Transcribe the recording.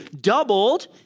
doubled